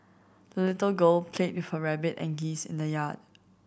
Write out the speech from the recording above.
the little girl played her rabbit and geese in the yard